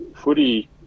footy